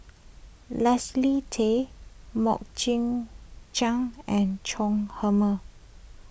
Leslie Tay Mok Jing Jang and Chong Heman